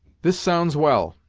this sounds well,